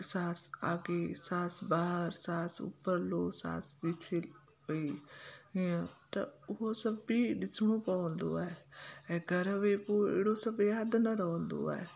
साहु आगे साहु बाहिरि साहु ऊपर लो साहु पीछे लो भई हीअं त उहा सभ बि ॾिसणो पवंदो आहे ऐं घर में पोइ अहिड़ो सभु यादि न रहंदो आहे